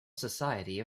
society